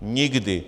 Nikdy!